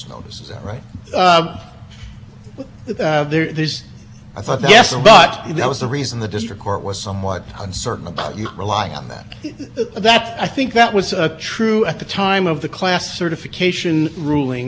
that i think that was a true at the time of the class certification ruling by the time of the summary judgment the record of the record had been developed through discovery